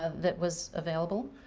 ah that was available.